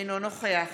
אינו נוכח